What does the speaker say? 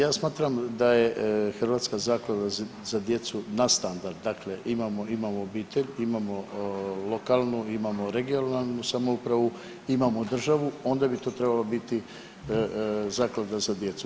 Ja smatram da je Hrvatska zaklada za djecu nadstandard, dakle imamo, imamo obitelj, imamo lokalnu, imamo regionalnu samoupravu, imamo državu, onda bi to trebalo biti zaklada za djecu.